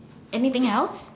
anything else